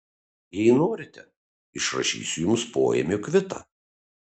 jei norite išrašysiu jums poėmio kvitą